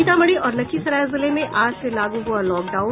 सीतामढ़ी और लखीसराय जिले में आज से लागू हुआ लॉकडाउन